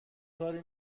کاری